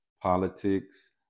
politics